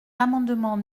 l’amendement